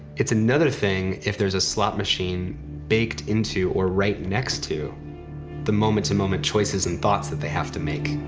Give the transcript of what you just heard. it's another thing if there's a slot machine baked into or right next to the moment-to-moment choices and thoughts that they have to make.